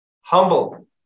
Humble